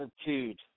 attitude